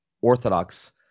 orthodox